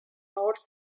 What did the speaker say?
north